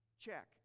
check